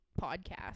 podcast